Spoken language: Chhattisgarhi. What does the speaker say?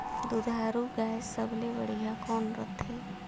दुधारू गाय सबले बढ़िया कौन रथे?